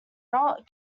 not